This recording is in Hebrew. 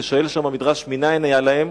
ושואל שם המדרש מנין היה להם.